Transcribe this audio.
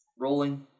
Rolling